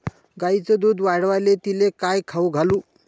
गायीचं दुध वाढवायले तिले काय खाऊ घालू?